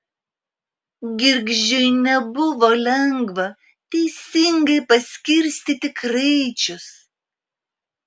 girgždžiui nebuvo lengva teisingai paskirstyti kraičius